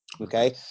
okay